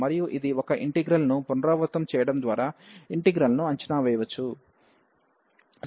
మరియు ఇది ఒక ఇంటిగ్రల్ ను పునరావృతం చేయడం ద్వారా ఇంటిగ్రల్ ను అంచనా వేయవచ్చు